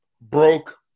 broke